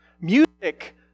Music